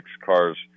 cars